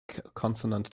consonant